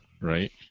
right